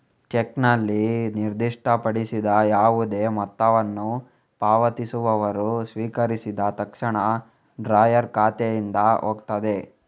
ಚೆಕ್ನಲ್ಲಿ ನಿರ್ದಿಷ್ಟಪಡಿಸಿದ ಯಾವುದೇ ಮೊತ್ತವನ್ನು ಪಾವತಿಸುವವರು ಸ್ವೀಕರಿಸಿದ ತಕ್ಷಣ ಡ್ರಾಯರ್ ಖಾತೆಯಿಂದ ಹೋಗ್ತದೆ